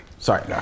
Sorry